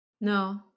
no